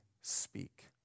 speak